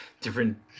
different